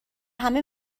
همه